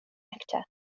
nectar